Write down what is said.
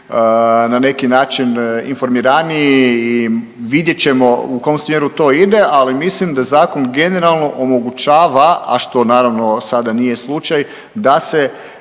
na neki način informiraniji i vidjet ćemo u kom smjeru to ide, ali mislim da zakon generalno omogućava, a što naravno sada nije slučaj da se